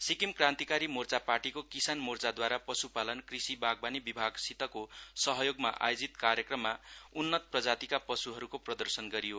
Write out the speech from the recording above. सिक्किम क्रान्तिकारी मोर्चा पार्टीको किसान मोर्चाद्वारा पशुपालन कृषि बागवानी विभागसितको सहयोगमा आयोजित कार्यक्रममा उन्नत प्रजातिका पशुहरूको प्रदर्शनी गरियो